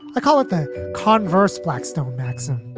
i call it the converse blackstone maxim,